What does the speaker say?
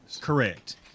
Correct